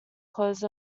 closed